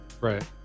Right